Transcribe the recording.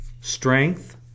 strength